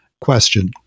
question